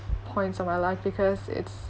points of my life because it's